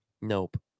Nope